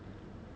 !wow!